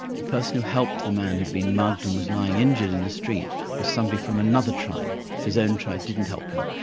the person who helped the man who had been mugged and was lying injured in the street was somebody from another tribe, his own tribe didn't help him,